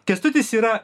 kęstutis yra